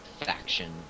faction